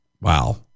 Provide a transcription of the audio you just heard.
Wow